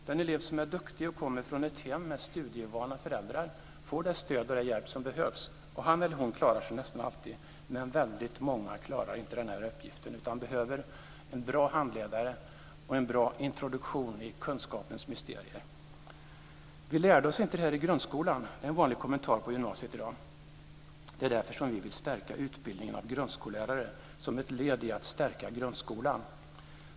Den elev som är duktig och kommer från ett hem med studievana föräldrar får det stöd och den hjälp som behövs. Han eller hon klarar sig nästan alltid. Men väldigt många klarar inte den här uppgiften utan behöver en bra handledare och en bra introduktion i kunskapens mysterier. Vi lärde oss inte det här i grundskolan är en vanlig kommentar på gymnasiet i dag. Det är därför som vi vill stärka utbildningen av grundskollärare som ett led i att stärka grundskolan.